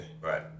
right